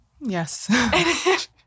Yes